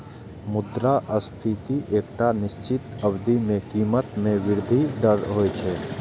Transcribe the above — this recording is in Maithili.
मुद्रास्फीति एकटा निश्चित अवधि मे कीमत मे वृद्धिक दर होइ छै